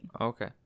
Okay